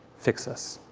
fix us.